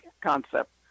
concept